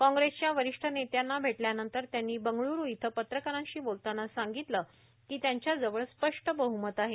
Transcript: कुँप्रेसच्या वरिष्ठ नेत्यांना भेटल्यानंतर त्यांनी बंगळुरू इथं पत्रकारांशी बोलतांना सांगिततलं की त्यांच्याजवळ स्पष्ट बहुमत आहे